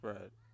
Right